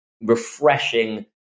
refreshing